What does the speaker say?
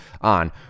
on